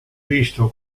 visto